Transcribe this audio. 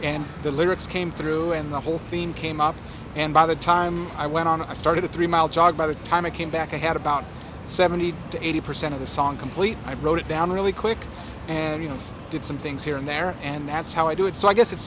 and the lyrics came through and the whole theme came up and by the time i went on i started a three mile jog by the time i came back i had about seventy to eighty percent of the song complete i wrote it down really quick and you know did some things here and there and that's how i do it so i guess it's